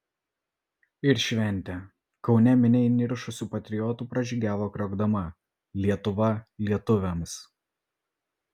ir šventė kaune minia įniršusių patriotų pražygiavo kriokdama lietuva lietuviams